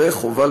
וחובה